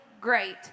great